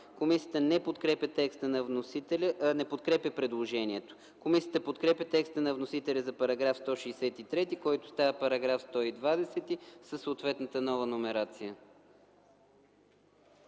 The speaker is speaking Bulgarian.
Комисията не подкрепя предложението. Комисията подкрепя текста на вносителя за § 113, който става параграф със съответната нова номерация.